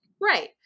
right